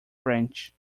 french